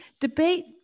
debate